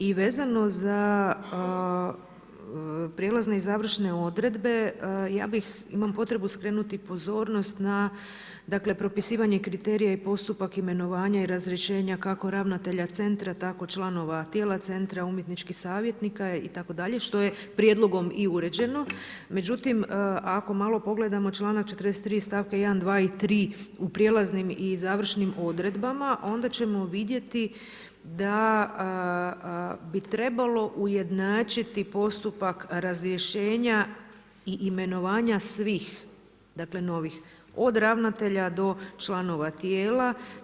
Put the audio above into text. I vezano za prijelazne i završne odredbe, ja bih, imam potrebu skrenuti pozornost na propisivanje kriterija i postupak imenovanja i razrješenja, kako ravnatelja centra, tako članova tijela centra, umjetničkih savjetnika itd. što je prijedlogom i uređeno, međutim ako malo pogledamo članak 43. stavka 1. 2. i 3. u prijelaznim i završnim odredbama, onda ćemo vidjeti da bi trebalo ujednačiti postupak razrješenja i imenovanja svih novih, od ravnatelja do članova tijela.